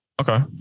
Okay